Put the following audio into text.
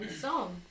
song